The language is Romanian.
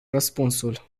răspunsul